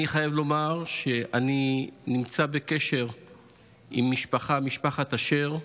אני חייב לומר שאני נמצא בקשר עם משפחת אשר,